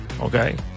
Okay